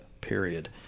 period